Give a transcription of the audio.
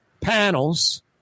panels